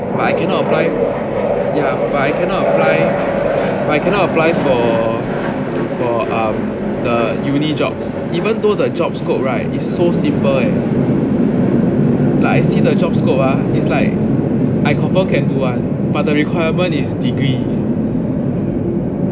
but I cannot apply yeah but I cannot apply but I cannot apply for for um the uni jobs even though the job scope right is so simple eh like I see the job scope ah it's like I confirm can do [one] but the requirement is degree